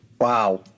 Wow